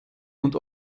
und